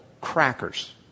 crackers